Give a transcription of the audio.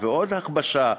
ועוד "הכבשה",